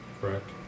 correct